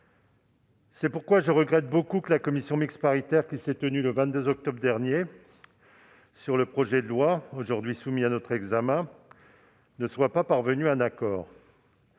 C'est pourquoi je regrette beaucoup que la commission mixte paritaire qui s'est réunie le 22 octobre dernier pour examiner le projet de loi aujourd'hui soumis à notre examen ne soit pas parvenue à un accord.